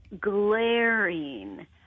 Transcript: glaring